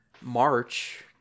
March